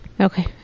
Okay